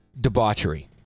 Debauchery